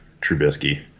Trubisky